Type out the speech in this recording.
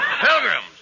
Pilgrims